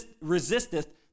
resisteth